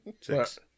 Six